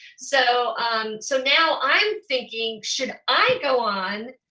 so um so now, i'm thinking should i go on,